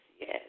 yes